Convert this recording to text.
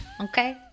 Okay